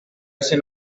ese